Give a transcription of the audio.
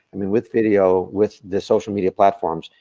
i mean, with video, with the social media platforms.